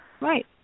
Right